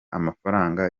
amafaranga